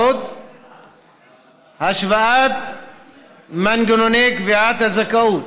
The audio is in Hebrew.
ויושוו מנגנוני קביעת הזכאות